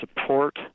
support